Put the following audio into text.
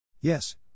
Yes